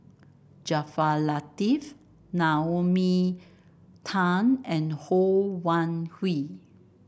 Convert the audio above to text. Jaafar Latiff Naomi Tan and Ho Wan Hui